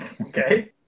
Okay